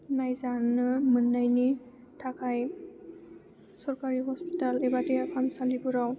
नायजानो मोननायनि थाखाय सरखारि हस्पिटाल एबा देहा फाहामसालिफोराव